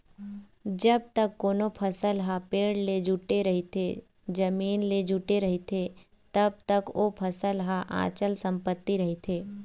जब तक कोनो फसल ह पेड़ ले जुड़े रहिथे, जमीन ले जुड़े रहिथे तब तक ओ फसल ह अंचल संपत्ति रहिथे